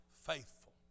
faithful